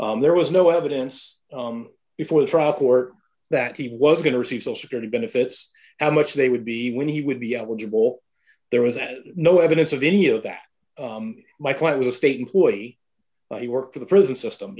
future there was no evidence before the trial court that he was going to receive social security benefits how much they would be when he would be eligible there was no evidence of any of that my client was a state employee while he worked for the prison system